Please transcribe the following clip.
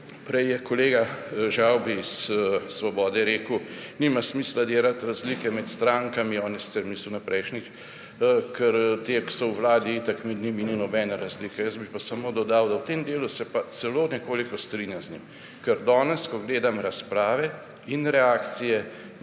Prej je kolega Žavbi iz Svobode rekel: »Nima smisla delati razlike med strankami – on je sicer mislil na prejšnje - ker te, ki so v vladi med njimi itak ni nobene razlike.« Jaz bi pa samo dodal, da v tem delu se pa celo nekoliko strinjam z njim. Ker danes, ko gledam razprave in reakcije,